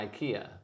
Ikea